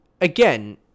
again